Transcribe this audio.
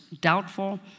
doubtful